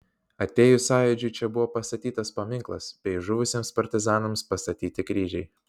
atėjus sąjūdžiui čia buvo pastatytas paminklas bei žuvusiems partizanams pastatyti kryžiai